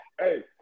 hey